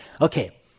okay